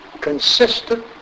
consistent